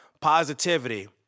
positivity